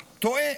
טועה.